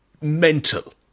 mental